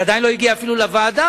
זה עדיין לא הגיע אפילו לוועדה.